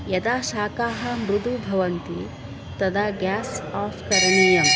यदा शाकाः मृदु भवन्ति तदा गेस् आफ् करणीयम्